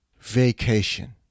vacation